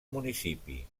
municipi